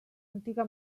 antiga